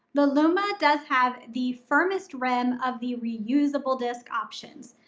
the lumma does have the firmest rim of the reusable disc options.